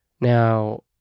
Now